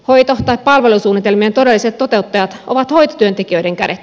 hoito tai palvelusuunnitelmien todelliset toteuttajat ovat hoitotyöntekijöiden kädet